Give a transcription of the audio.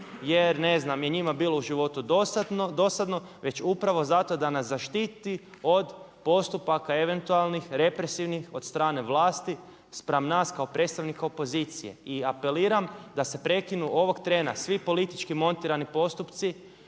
jer, ne znam je njima bilo u životu dosadno već upravo zato da nas zaštiti od postupaka, eventualnih, represivnih od strane vlasti spram nas kao predstavnika opozicije. I apeliram da se prekinu ovog trena svi politički montirani postupci